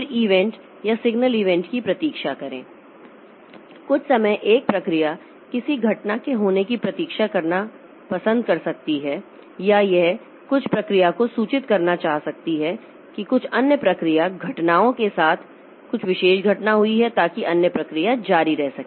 फिर ईवेंट या signal event की प्रतीक्षा करें कुछ समय एक प्रक्रिया किसी घटना के होने की प्रतीक्षा करना पसंद कर सकती है या यह कुछ प्रक्रिया को सूचित करना चाह सकती है कि कुछ अन्य प्रक्रिया घटनाओं के साथ कुछ विशेष घटना हुई है ताकि अन्य प्रक्रिया जारी रह सके